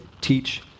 teach